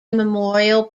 memorial